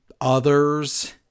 others